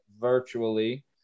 virtually